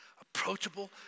approachable